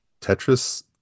Tetris